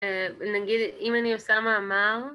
נגיד אם אני עושה מאמר